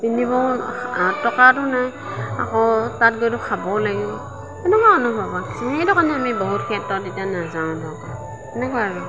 কিনিবও টকাটো নাই আকৌ তাত গৈতো খাবও লাগিব সেনেকুৱা অনুভৱ হয় সেইটো কাৰণে আমি বহুত ক্ষেত্ৰত এতিয়া নাযাওঁ ধৰক সেনেকুৱা আৰু